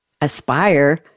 aspire